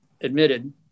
admitted